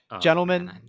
gentlemen